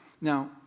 Now